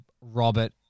Robert